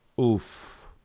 oof